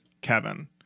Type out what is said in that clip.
kevin